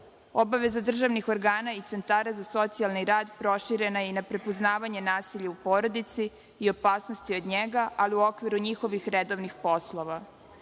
Obaveza državnih organa i centara za socijalni rad proširena je i na prepoznavanje nasilja u porodici i opasnosti od njega, ali u okviru njihovih redovnih